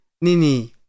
Nini